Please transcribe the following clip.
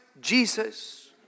Jesus